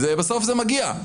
ובסוף זה מגיע,